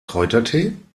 kräutertee